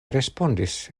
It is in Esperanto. respondis